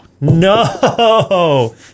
No